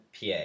PA